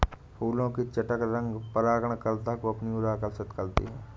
फूलों के चटक रंग परागणकर्ता को अपनी ओर आकर्षक करते हैं